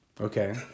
Okay